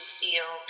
feel